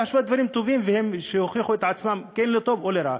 להשוות דברים טובים שיוכיחו את עצמם כן לטוב או לרע.